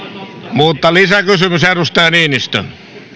mutta lisäkysymys edustaja niinistö